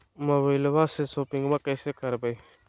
मोबाइलबा से शोपिंग्बा कैसे करबै?